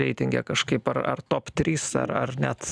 reitinge kažkaip ar ar top trys ar ar net